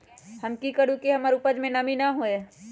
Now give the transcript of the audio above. हम की करू की हमर उपज में नमी न होए?